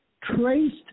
traced